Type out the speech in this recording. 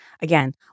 again